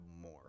more